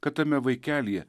kad tame vaikelyje